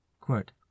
quote